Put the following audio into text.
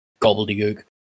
gobbledygook